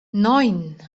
neun